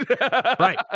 Right